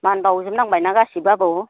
मान बाउजोबनांबायना गासिबो आबौ